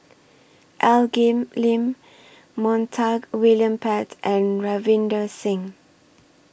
Al Lim Montague William Pett and Ravinder Singh